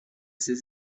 ses